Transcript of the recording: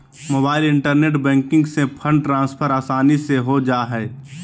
mobile internet banking से fund transfer आसानी से हो जा हइ